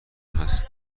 هست